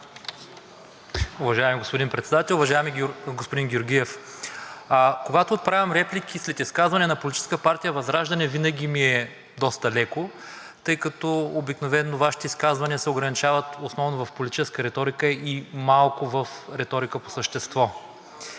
Уважаеми господин Председател! Уважаеми господин Георгиев, когато отправям реплики след изказване на Политическа партия ВЪЗРАЖДАНЕ винаги ми е доста леко, тъй като обикновено Вашите изказвания се ограничават основно в политическа риторика и малко в риторика по същество.